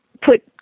put